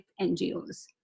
NGOs